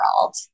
world